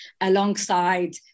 alongside